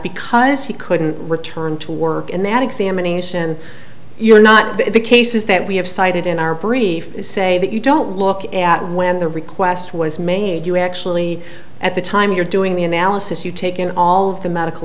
because he couldn't return to work in that examination you're not the cases that we have cited in our brief say that you don't look at when the request was made you actually at the time you're doing the analysis you take in all of the medical